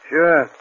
Sure